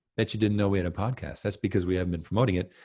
bet you didn't know we had a podcast. that's because we haven't been promoting it.